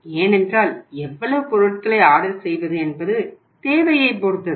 ஏனென்றால் எவ்வளவு பொருள்களை ஆர்டர் செய்வது என்பது தேவையைப் பொறுத்தது